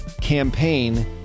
campaign